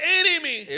enemy